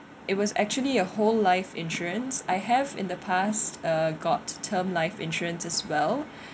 it was actually a whole life insurance I have in the past ah got term life insurance as well